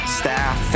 staff